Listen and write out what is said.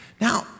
now